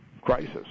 crisis